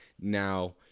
now